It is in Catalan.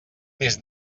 més